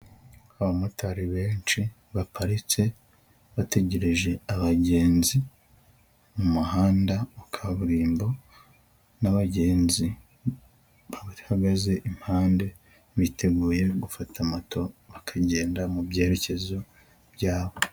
Abamotari benshi baparitse bategereje abagenzi mu muhanda wa kaburimbo n'abagenzi bahagaze impande biteguye gufata moto bakagenda mu byerekezo byabo.